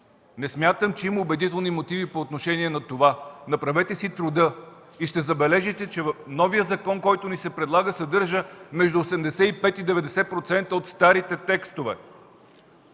Не смятам, че има убедителни мотиви по отношение на това. Направете си труда и ще забележите, че новият закон, който ни се предлага, съдържа между 85 и 90% от старите текстове!